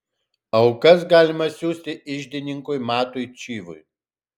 aukas galima siųsti iždininkui matui čyvui